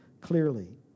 clearly